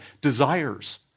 desires